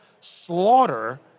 slaughter